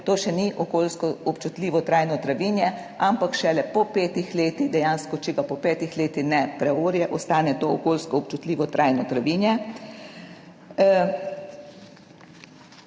to še ni okolijsko občutljivo trajno travinje, ampak šele po petih letih. Dejansko, če ga po petih letih ne preorje, ostane to okolijsko občutljivo trajno travinje.